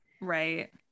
Right